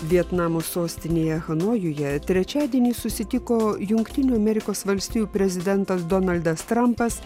vietnamo sostinėje hanojuje trečiadienį susitiko jungtinių amerikos valstijų prezidentas donaldas trampas